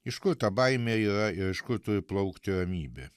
iš kur ta baimė yra iš kur turi plaukti ramybė